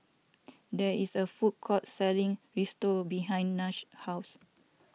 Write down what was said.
there is a food court selling Risotto behind Nash's house